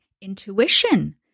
intuition